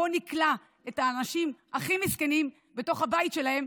בוא נכלא את האנשים הכי מסכנים בתוך הבית שלהם,